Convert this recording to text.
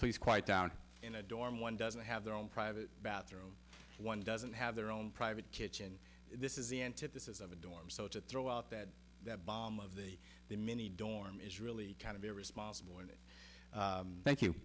please quiet down in a dorm one doesn't have their own private bathroom one doesn't have their own private kitchen this is the antithesis of a dorm so to throw out that that bomb of the the mini dorm is really kind of irresponsible and it thank you